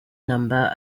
number